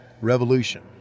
Revolution